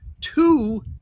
Two